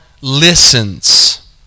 listens